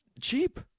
cheap